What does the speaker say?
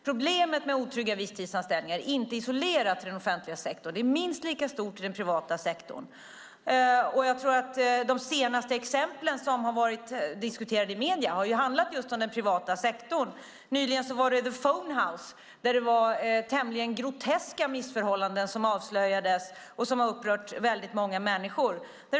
Problemet med otrygga visstidsanställningar är dock inte isolerat till den offentliga sektorn, utan det är minst lika stort i den privata sektorn. Jag tror att de senaste exempel som har diskuterats i medierna har handlat just om den privata sektorn. Nyligen var det The Phone House, där tämligen groteska missförhållanden avslöjades. Det har upprört väldigt många människor.